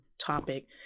topic